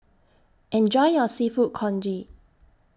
Enjoy your Seafood Congee